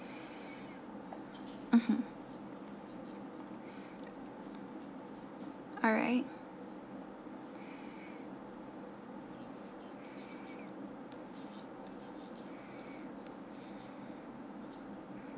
mmhmm alright